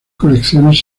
colecciones